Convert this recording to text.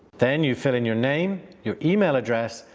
then you fill in your name, your email address,